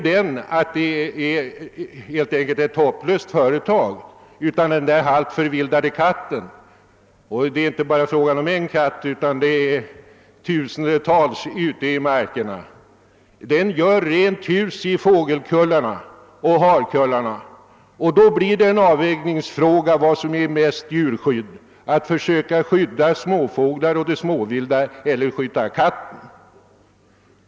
Det är helt enkelt ett hopplöst företag. Men det är inte bara fråga om förvildade katter utan om alla dem, som strövar fritt omkring på markerna. Katten gör då rent hus i fågelkullar och harkullar. Vilket som då är djurvänligast blir en avvägningsfråga: att försöka skydda småviltet eller katten.